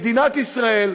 מדינת ישראל,